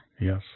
Yes